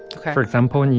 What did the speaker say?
ok for example, and yeah